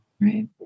Right